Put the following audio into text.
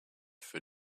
für